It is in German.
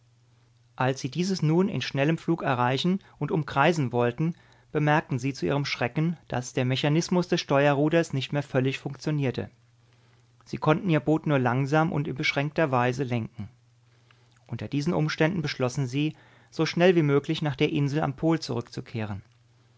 als sie dieses nun in schnellem flug erreichen und umkreisen wollten bemerkten sie zu ihrem schrecken daß der mechanismus des steuerruders nicht mehr völlig funktionierte sie konnten ihr boot nur langsam und in beschränkter weise lenken unter diesen umständen beschlossen sie so schnell wie möglich nach der insel am pol zurückzukehren